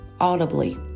audibly